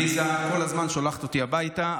עליזה כל הזמן שולחת אותי הביתה,